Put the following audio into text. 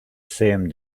same